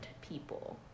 people